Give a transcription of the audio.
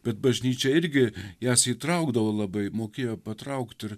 bet bažnyčia irgi jas įtraukdavo labai mokėjo patraukt ir